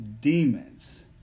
demons